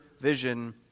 vision